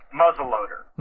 muzzleloader